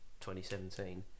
2017